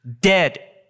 Dead